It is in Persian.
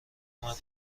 اومد